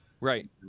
right